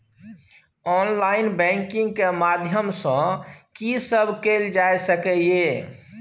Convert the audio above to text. Online banking के माध्यम सं की सब कैल जा सके ये?